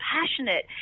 passionate